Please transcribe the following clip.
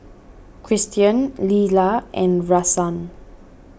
Christian Leyla and Rahsaan